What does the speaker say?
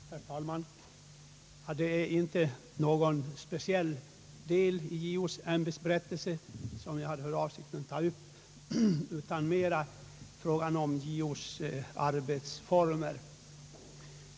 Herr talman! Det är inte någon speciell del i JO:s ämbetsberättelse som jag har för avsikt att ta upp, utan jag vill mer beröra frågan om JO:s arbetsformer.